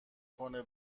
کنه